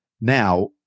now